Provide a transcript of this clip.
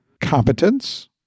Competence